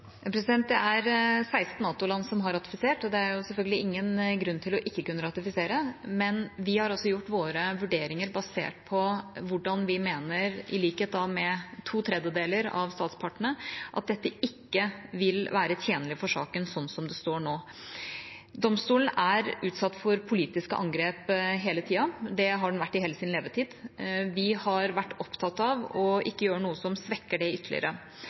Det er 16 NATO-land som har ratifisert. Det er selvfølgelig ingen grunn til ikke å kunne ratifisere, men vi har gjort våre vurderinger basert på at vi mener – i likhet med to tredjedeler av statspartene – at dette ikke vil være tjenlig for saken slik det står nå. Domstolen er utsatt for politiske angrep hele tida. Det har den vært i hele sin levetid. Vi har vært opptatt av ikke å gjøre noe som svekker den ytterligere.